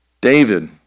David